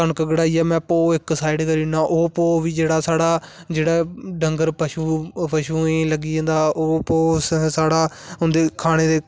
कनक कढाइये में भो इक साइड करी ओड़ना ओह भो बी जेहड़ा साढ़ा जेहड़ डंगर पशु ओह् फिर पशुएं गी लग्गी जंदा ऐ भो साढ़ा उंदे खाने दी